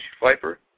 Viper